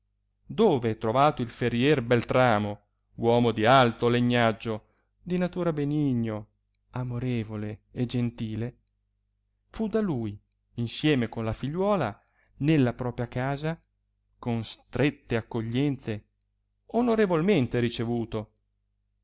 dove trovato il ferier beltramo uomo di alto legnaggio di natura benigno amorevole e gentile fu da lui insieme con la figliuola nella propia casa con strette accoglienze onorevolmente ricevuto